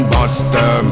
Buster